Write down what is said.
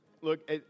Look